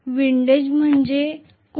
Windies म्हणजे काय